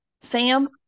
Sam